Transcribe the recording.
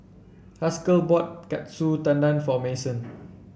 Haskell bought Katsu Tendon for Mason